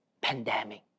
pandemic